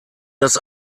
das